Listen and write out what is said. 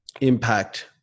impact